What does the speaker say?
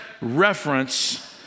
reference